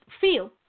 feel